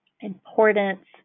importance